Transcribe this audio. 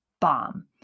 bomb